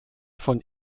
von